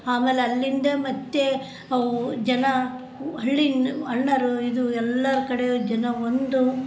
ಆಮೇಲೆ ಅಲ್ಲಿಂದ ಮತ್ತೆ ಜನ ಹಳ್ಳಿಯಿಂದ ಅಣ್ಣವ್ರು ಇದು ಎಲ್ಲರ ಕಡೆ ಜನ ಒಂದು